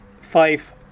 five